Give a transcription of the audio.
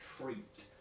treat